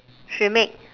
she make